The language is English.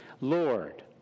Lord